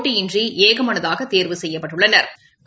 போட்டியின்றிஏகமனதாகதேர்வு செய்யப்பட்டுள்ளனா்